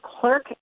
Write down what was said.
clerk